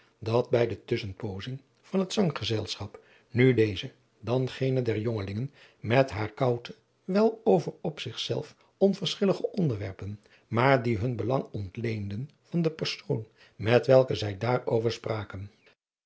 dat bij de tusschenpoozing van het zanggezelschap nu deze dan gene der jongelingen met haar koutte wel over op zich zelf onverschillige onadriaan loosjes pzn het leven van hillegonda buisman derwerpen maar die hun belang ontleenden van de persoon met welke zij daar over spraken